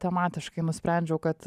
tematiškai nusprendžiau kad